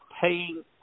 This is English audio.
paying